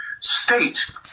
state